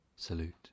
salute